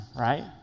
right